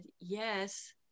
yes